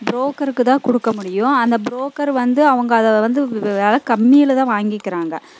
ப்ரோக்கருக்கு தான் கொடுக்க முடியும் அந்த ப்ரோக்கர் வந்து அவங்க அத வந்து வெ வெ வில கம்மியில் தான் வாங்கிக்கிறாங்க